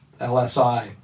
LSI